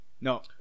No